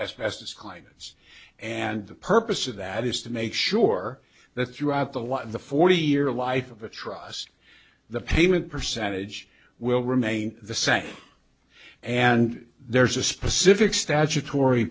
as best as clients and the purpose of that is to make sure that throughout the law the forty year life of a trust the payment percentage will remain the same and there's a specific statutory